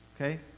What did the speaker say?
okay